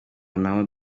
nabo